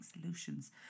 solutions